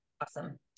awesome